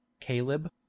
caleb